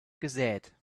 gesät